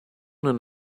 non